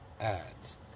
ads